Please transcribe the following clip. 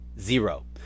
Zero